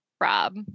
Rob